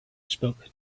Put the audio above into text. spoke